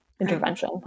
intervention